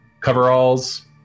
coveralls